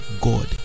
God